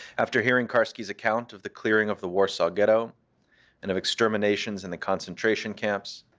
after hearing karski's account of the clearing of the warsaw ghetto and of exterminations in the concentration camps,